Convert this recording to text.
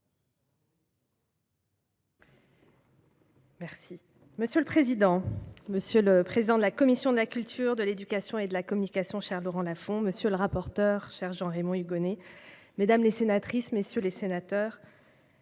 Monsieur le président, monsieur le président de la commission de la culture, de l'éducation et de la communication- cher Laurent Lafon -, monsieur le rapporteur- cher Jean-Raymond Hugonet -, mesdames, messieurs les sénateurs,